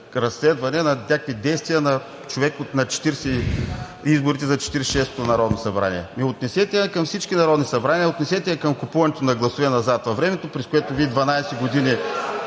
разследване на някакви действия на човек за изборите за 46-ото народно събрание. Ами отнесете я към всички народни събрания, отнесете я към купуването на гласове назад във времето, през което Вие 12 години